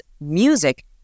music